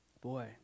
Boy